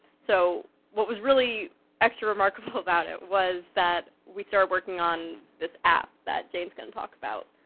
so what was really extra remarkable about it was that we started working on this app that jane's gonna talk about.